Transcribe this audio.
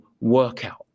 workout